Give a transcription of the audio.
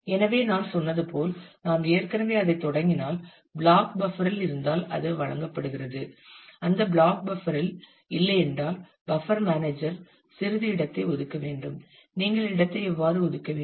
எனவே நான் சொன்னது போல் நாம் ஏற்கனவே அதைத் தொடங்கினால் பிளாக் பஃப்பர் இல் இருந்தால் அது வழங்கப்படுகிறது அந்தத் பிளாக் பஃப்பரில் இல்லையென்றால் பஃப்பர் மேனேஜர் சிறிது இடத்தை ஒதுக்க வேண்டும் நீங்கள் இடத்தை எவ்வாறு ஒதுக்க வேண்டும்